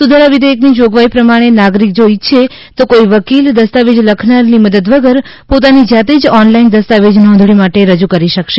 સુધારા વિઘેયકની જોગવાઈ પ્રમાણે નાગરિક જો ઇચ્છે તો કોઇ વકીલ દસ્તાવેજ લખનારની મદદ વગર પોતાની જાતે જ ઓનલાઇન દસ્તાવેજ નોંધણી માટે રજૂ કરી શકશે